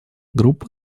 группа